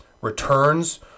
Returns